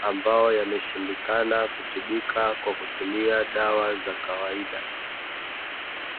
ambayo yameshindikana kutibikakws kutumia dawa za kawaida.